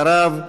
אחריו,